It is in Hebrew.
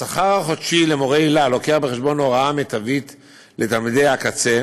בשכר החודשי של מורי היל"ה מובאת בחשבון הוראה מיטבית לתלמידי הקצה,